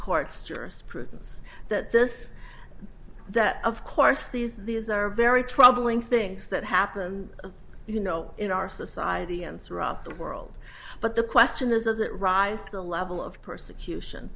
jurisprudence that this that of course these these are very troubling things that happened you know in our society and throughout the world but the question is does it rise to the level of persecution